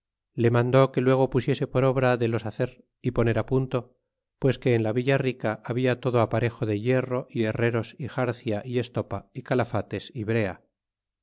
le mandó que luego pusiese por la obra de los hacer é poner punto pues que en la villa rica habla todo aparejo de hierro y herreros y arria y estopa y calafates y brea